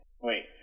Wait